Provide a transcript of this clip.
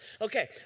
Okay